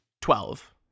Twelve